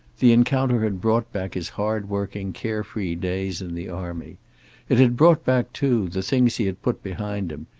the encounter had brought back his hard-working, care-free days in the army it had brought back, too, the things he had put behind him,